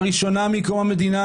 לראשונה מקום המדינה,